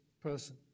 person